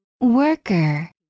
Worker